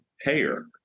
payer